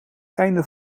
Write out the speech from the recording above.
einde